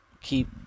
keep